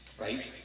right